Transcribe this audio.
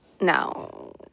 No